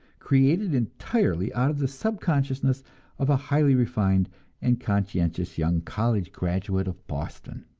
created entirely out of the subconsciousness of a highly refined and conscientious young college graduate of boston.